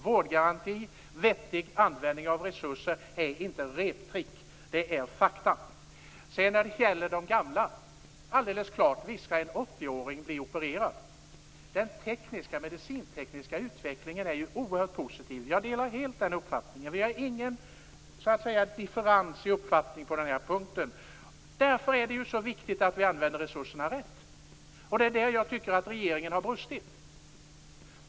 Vårdgaranti och vettig användning av resurser är inte något reptrick - det är fakta. När det gäller de gamla är det alldeles klart att en 80-åring skall bli opererad. Den medicinsk-tekniska utvecklingen är ju oerhört positiv. Jag delar helt den uppfattningen - vi har ingen differens i uppfattning på den punkten. Därför är det så viktigt att vi använder resurserna rätt, och det är där jag tycker att regeringen har brustit.